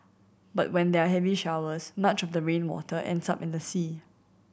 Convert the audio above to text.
but when there are heavy showers much of the rainwater ends up in the sea